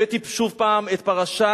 הבאתי שוב פעם את פרשת